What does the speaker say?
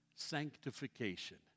sanctification